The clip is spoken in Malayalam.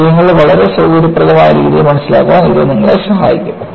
ആശയങ്ങൾ വളരെ സൌകര്യപ്രദമായ രീതിയിൽ മനസ്സിലാക്കാൻ ഇത് നിങ്ങളെ സഹായിക്കും